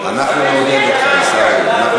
אנחנו נעודד אותך, עיסאווי.